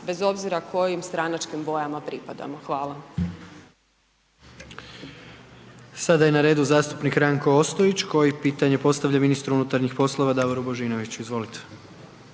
bez obzira kojim stranačkim bojama pripadamo. Hvala.